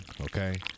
Okay